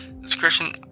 Description